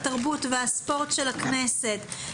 התרבות והספורט של הכנסת.